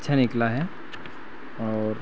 अच्छा निकला है और